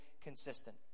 consistent